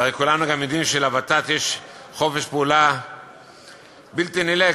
והרי כולנו כאן יודעים שלוות"ת יש חופש פעולה בלתי נלאה,